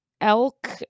elk